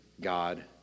God